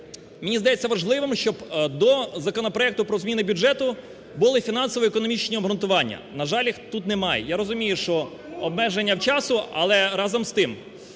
мені здається важливим, щоб до законопроекту про зміни бюджету були фінансово-економічні обґрунтування, на жаль, їх тут немає. Я розумію, що обмеження в часі, але разом з тим.